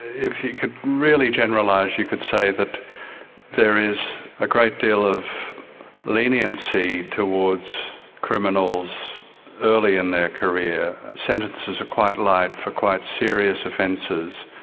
if you could really generalise you could say that there is a great deal of leniency towards criminals early in their career. sentences are quite light for quite serious offences.